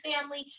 family